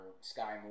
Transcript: Sky